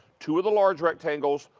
two of the large rectangles,